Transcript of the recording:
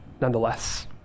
nonetheless